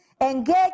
engage